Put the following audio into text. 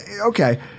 okay